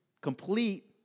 Complete